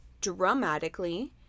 dramatically